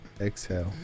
Exhale